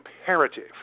imperative